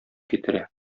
китерә